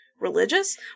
religious